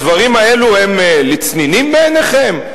הדברים האלו הם לצנינים בעיניכם?